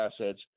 assets